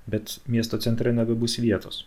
bet miesto centre nebebus vietos